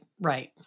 Right